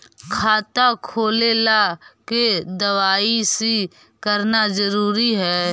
खाता खोले ला के दवाई सी करना जरूरी है?